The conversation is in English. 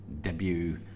debut